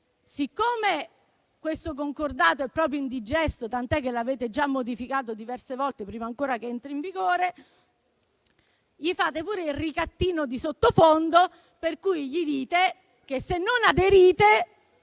siccome questo concordato è proprio indigesto (tant'è vero che l'avete già modificato diverse volte prima ancora che entri in vigore), gli fate pure il ricattino di sottofondo dicendogli che, se non aderirà,